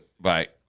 Bye